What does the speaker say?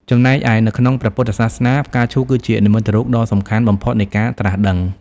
ចំណែកឯ នៅក្នុងព្រះពុទ្ធសាសនា ផ្កាឈូកគឺជា និមិត្តរូបដ៏សំខាន់បំផុតនៃការត្រាស់ដឹង។